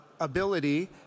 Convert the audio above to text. Ability